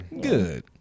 Good